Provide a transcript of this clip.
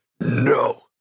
no